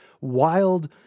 wild